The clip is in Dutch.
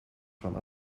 van